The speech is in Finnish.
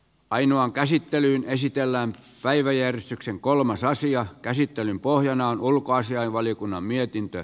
painoaan käsittelyyn esitellään päiväjärjestyksen kolmas asian käsittelyn pohjana on ulkoasiainvaliokunnan mietintö